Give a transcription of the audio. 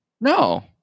No